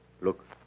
look